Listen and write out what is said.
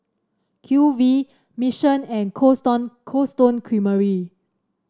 Q V Mission and Cold Stone Cold Stone Creamery